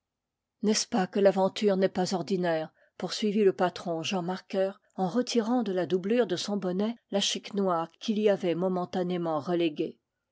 n'est-ce pas que l'aventure n'est pas ordinaire poursuivit le patron jean marker en retirant de la doublure de son nuits d'àpparitionsf ï bonnet la chique noire qu'il y avait momentanément